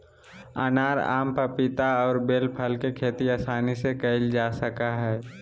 अनार, आम, पपीता और बेल फल के खेती आसानी से कइल जा सकय हइ